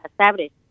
established